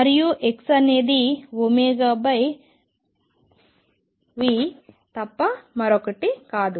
మరియు k అనేది v తప్ప మరొకటి కాదు